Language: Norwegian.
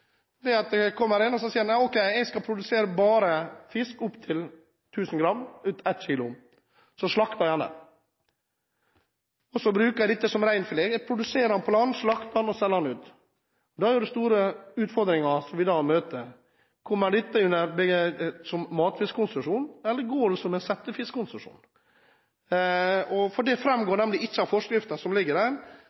følgende situasjon: Det kommer en og sier at han bare skal produsere fisk opp til 1 000 gram, 1 kg, så slakter han den. Han bruker dette som ren filet, produserer den på land, slakter den og selger den ut. Dette vil møte store utfordringer: Kommer dette inn under matfiskkonsesjon eller som settefiskkonsesjon? Det framgår nemlig ikke av forskriften som ligger der,